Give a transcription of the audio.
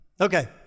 Okay